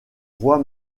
voie